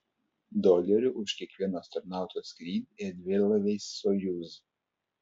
dolerių už kiekvieno astronauto skrydį erdvėlaiviais sojuz